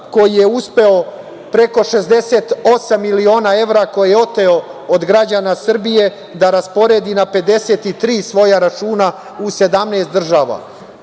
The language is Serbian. koji je uspeo preko 68 miliona evra koje je oteo od građana Srbije da rasporedi na 53 svoja računa u 17 država.